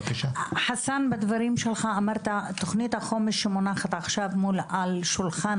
ואין למשרד החינוך שום תוכנית איך להביא את הילדים האלה לתוך מערכת